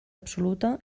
absoluta